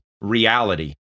reality